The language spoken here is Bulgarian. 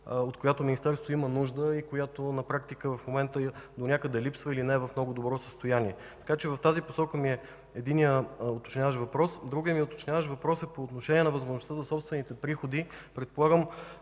от която Министерството има нужда и на практика в момента донякъде липсва или не е в много добро състояние. Така че в тази посока е единият ми уточняващ въпрос. Другият ми уточняващ въпрос е по отношение на възможността за собствените приходи. Предполагам,